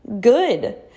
good